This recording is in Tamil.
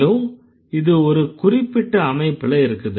மேலும் இது ஒரு குறிப்பிட்ட அமைப்புல இருக்கு